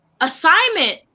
assignment